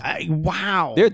Wow